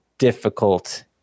difficult